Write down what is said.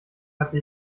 hatte